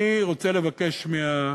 אני רוצה לבקש מהכנסת,